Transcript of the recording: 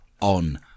on